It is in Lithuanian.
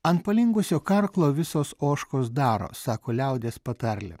ant palinkusio karklo visos ožkos daro sako liaudies patarlė